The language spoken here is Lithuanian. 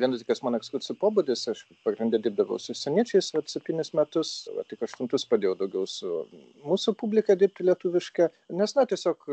vienas dalykas mano ekskursijų pobūdis aš pagrinde dirbdavau su užsieniečiais vat septynis metus va tik aštuntus pradėjau daugiau su mūsų publika dirbti lietuviška nes na tiesiog